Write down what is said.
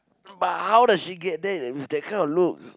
but how does she get there with that kind of looks